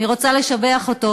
אני רוצה לשבח אותו,